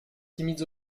timides